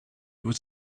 was